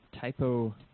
Typo